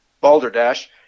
balderdash